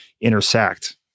intersect